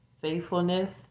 faithfulness